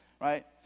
right